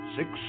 Six